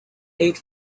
eight